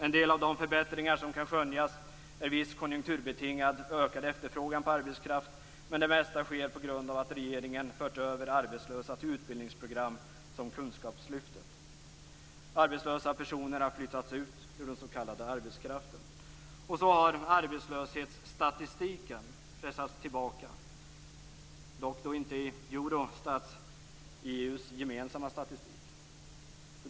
En del av de förbättringar som kan skönjas är viss konjunkturbetingad ökad efterfrågan på arbetskraft, men det mesta sker på grund av att regeringen har fört över arbetslösa till utbildningsprogram som t.ex. kunskapslyftet. Arbetslösa personer har flyttats ut ur den s.k. arbetskraften. Så har arbetslöshetsstatistiken pressats tillbaka - dock inte i Eurostats, EU:s gemensamma statistik.